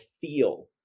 feel